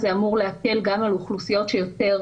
אז זה אמור להקל גם על אוכלוסיות שיותר